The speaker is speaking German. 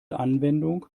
anwendung